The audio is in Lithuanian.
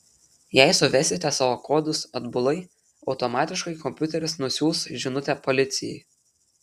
jei suvesite savo kodus atbulai automatiškai kompiuteris nusiųs žinutę policijai